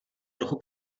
trochu